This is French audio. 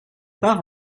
part